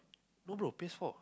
no bro P_S-four